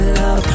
love